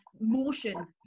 motion